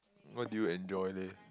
what do you enjoy leh